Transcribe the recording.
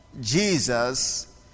Jesus